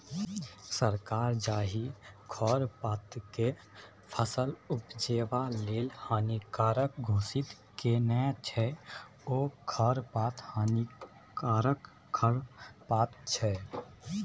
सरकार जाहि खरपातकेँ फसल उपजेबा लेल हानिकारक घोषित केने छै ओ खरपात हानिकारक खरपात छै